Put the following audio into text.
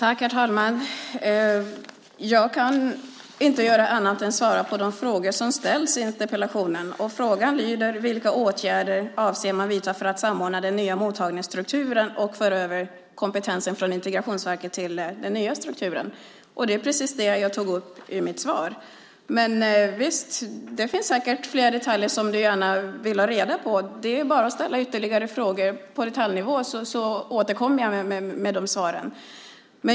Herr talman! Jag kan inte göra annat än svara på de frågor som ställs i interpellationen. Frågan lyder: Vilka åtgärder avser man att vidta för att samordna den nya mottagningsstrukturen och föra över kompetensen från Integrationsverket till den nya strukturen? Det är precis det jag tog upp i mitt svar. Men det finns säkert fler detaljer som du gärna vill ha reda på. Det är bara att ställa ytterligare frågor på detaljnivå, så återkommer jag med de svaren.